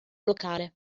locale